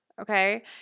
Okay